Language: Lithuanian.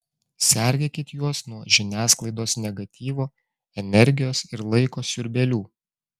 sergėkit juos nuo žiniasklaidos negatyvo energijos ir laiko siurbėlių